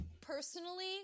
personally